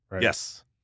Yes